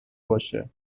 باشه